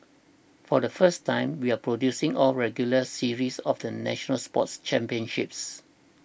for the first time we are producing a regular series often national school sports championships